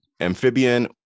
amphibian